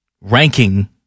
ranking